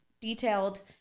detailed